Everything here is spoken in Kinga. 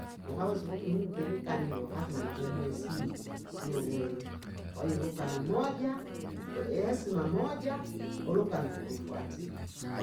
Mkawesu mtu munu ndimganilwa kati na gumwe sina, sio lweri, kwaiyo lugano moja, hesima moja, ulugano kulu fuatile.